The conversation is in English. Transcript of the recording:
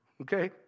okay